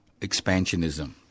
expansionism